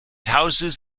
houses